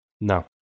No